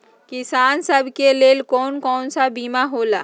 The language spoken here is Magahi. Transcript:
किसान सब के लेल कौन कौन सा बीमा होला?